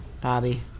Bobby